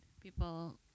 People